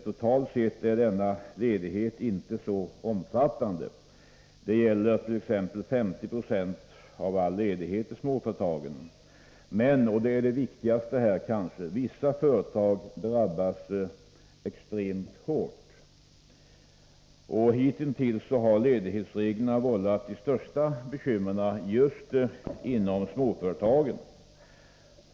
Totalt sett är den ledighet det gäller inte så omfattande. Det är t.ex. beträffande småföretagen fråga om 15 96 av den totala ledigheten. Men — och det är kanske det viktigaste i detta sammanhang — vissa företag drabbas extremt hårt. Hitintills har ledighetsreglerna vållat de största bekymren just i småföretagen.